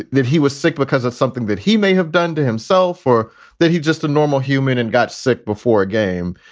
if he was sick because of something that he may have done to himself or that he'd just a normal human and got sick before a game,